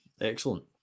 Excellent